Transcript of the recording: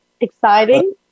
Exciting